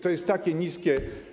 To jest takie niskie.